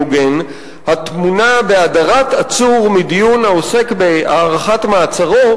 הוגן הטמונה בהדרת עצור מדיון העוסק בהארכת מעצרו,